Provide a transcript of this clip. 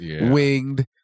winged